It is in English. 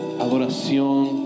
adoración